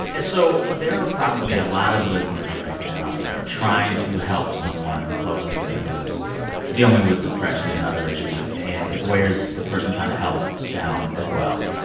so there are probably a lot of listeners right now that are trying to help someone close to them who is dealing with depression and other issues. and it wears the person trying to help down, as well.